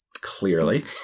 clearly